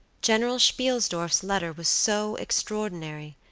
general spielsdorf's letter was so extraordinary,